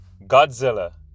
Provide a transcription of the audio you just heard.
Godzilla